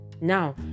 now